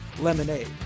lemonade